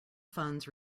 funds